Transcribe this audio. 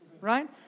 right